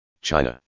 China